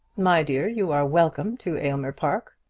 my dear, you are welcome to aylmer park.